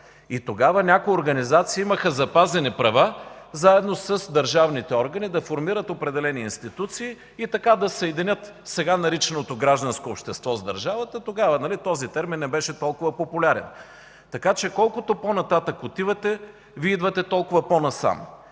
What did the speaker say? И тогава някои организации имаха запазени права заедно с държавните органи да формират определени институции и така да съединят сега наричаното гражданско общество с държавата. Тогава този термин не беше толкова популярен. Така че колкото по-нататък отивате, Вие идвате толкова по-насам.